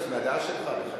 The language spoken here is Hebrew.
חוץ מהדעה שלך?